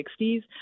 1960s